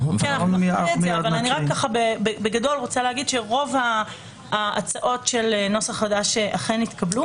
נעשה את זה אבל בגדול אני רוצה להגיד שרוב ההצעות של סף חדש אכן התקבלו.